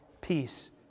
peace